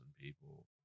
people